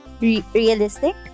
realistic